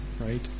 right